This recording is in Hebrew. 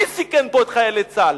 מי סיכן פה את חיילי צה"ל?